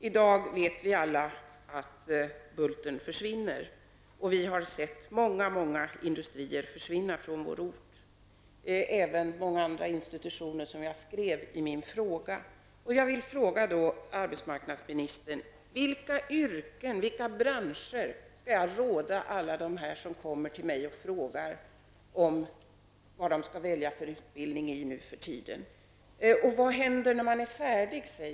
I dag vet vi alla att Bulten försvinner, och vi har sett många många industrier och även -- som jag skrev i min fråga -- många andra institutioner försvinna från vår ort. Jag vill fråga arbetsmarknadsministern: Vilka yrken, vilka branscher skall jag råda alla dem att satsa på som kommer till mig och frågar vad de bör välja för utbildning nu för tiden? Vad händer när man är färdig med utbildningen?